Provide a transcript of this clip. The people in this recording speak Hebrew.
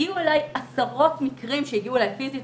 הגיעו אליי עשרות מקרים שהגיעו אליי פיזית,